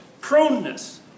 proneness